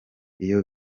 iyo